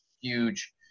huge